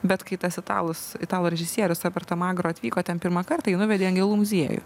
bet kai tas italas italų režisierius roberto magro atvyko ten pirmą kartą jį nuvedė į angelų muziejų